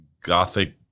Gothic